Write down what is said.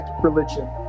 religion